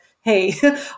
hey